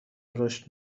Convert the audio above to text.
رشد